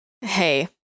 hey